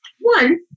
one